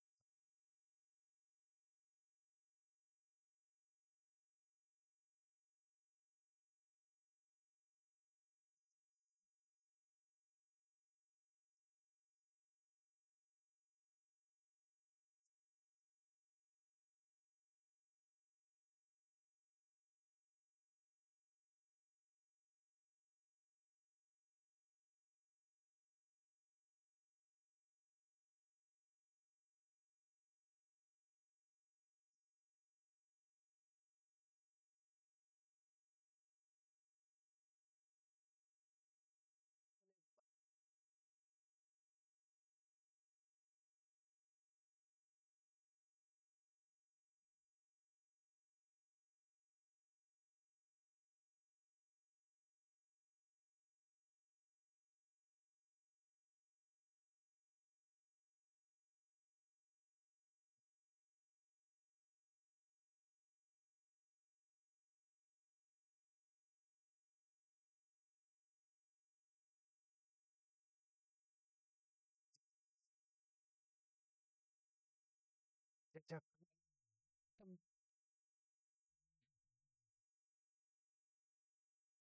Akwai bwe bandallowo ja laa ji yo nəba sai gə nanyo nəba kɔ bɨləngkel gənɔ nəba kɔ bɨlənkel gənɔ gə switəm nəfitəmɔ gə swileiyau akɔ gə nyi mi gə swi satəm kuiiyo nəngo ja jəgəm kang jino ja bəla gən nəni ga gwi jə yəmgən yəmi gə nəfili nya gə nəfini gə ma tikawlei gə nəfini miso gə ko nəb lei gə nəfilini gə yoi nəbɔle gwami kʊmtəm kʊmtəm gə nəfitəle gə nanyo ga gwi nəngo ga gui kwama ni ga gwi nəngo ja sagən gə ga yoya ga dən bekʊgo nəngo ga gwi a jə gwilən a yilatəmɔ gəm nəngo ga yoi gə yila gebele nəngɔ kwaama ajegən agɔla yəla təm tʊwa kəmənɔ nəngɔ kwaama a jegən a daago gəmi a kɔtəm məndi gəm na jə jəg nəfili na mə jaja kəgga nən melatəm ju ga maa fa təm ni gəmi.